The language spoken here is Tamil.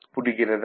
புரிகிறதா